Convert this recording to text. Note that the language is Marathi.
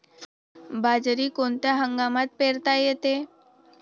बाजरी कोणत्या हंगामात पेरता येते?